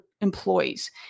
employees